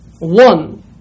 One